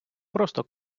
просто